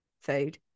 food